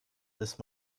ist